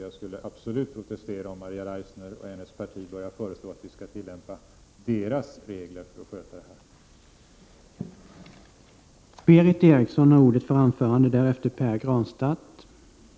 Jag skulle tvärtom protestera om Maria Leissner och hennes parti börjar föreslå att vi skall tillämpa samma regler som USA för att sköta detta.